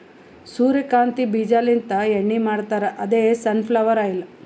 ಸೂರ್ಯಕಾಂತಿ ಬೀಜಾಲಿಂತ್ ಎಣ್ಣಿ ಮಾಡ್ತಾರ್ ಅದೇ ಸನ್ ಫ್ಲವರ್ ಆಯಿಲ್